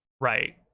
right